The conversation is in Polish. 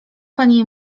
pani